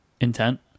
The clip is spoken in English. intent